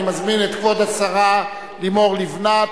אני מזמין את כבוד השרה לימור לבנת,